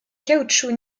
caoutchouc